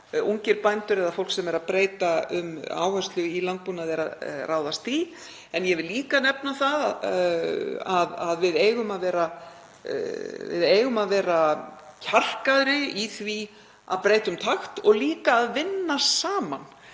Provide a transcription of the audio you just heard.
ungir bændur eða fólk sem er að breyta um áherslur í landbúnaði er að ráðast í. Ég vil líka nefna það að við eigum að vera kjarkaðri í því að breyta um takt og líka að vinna saman.